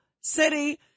city